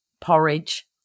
porridge